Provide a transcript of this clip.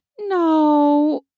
No